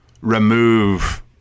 remove